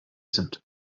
sind